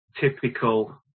typical